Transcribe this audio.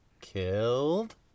killed